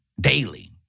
daily